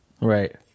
Right